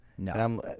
No